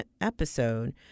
episode